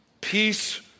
Peace